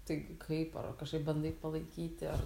tai kaip ar kažkaip bandai palaikyti ar